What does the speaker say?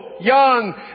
young